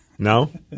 No